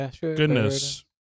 Goodness